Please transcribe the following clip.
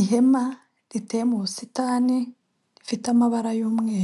Ihema riteye mu busitani rifite amabara y'u umwe